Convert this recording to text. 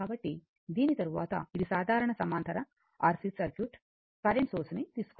కాబట్టి దీని తరువాత ఇది సాధారణ సమాంతర RC సర్క్యూట్ కరెంటు సోర్స్ ని తీసుకోండి